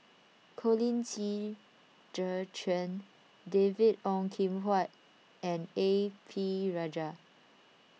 Colin Qi Zhe Quan David Ong Kim Huat and A P Rajah